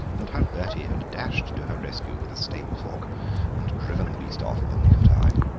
and how bertie had dashed to her rescue with a stable fork and driven the beast off in the nick of time.